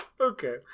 Okay